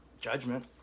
judgment